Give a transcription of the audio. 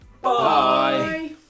Bye